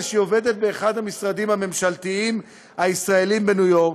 שהיא עובדת באחד המשרדים הממשלתיים הישראליים בניו יורק,